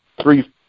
three